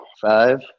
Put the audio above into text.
Five